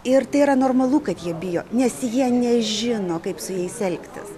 ir tai yra normalu kad jie bijo nes jie nežino kaip su jais elgtis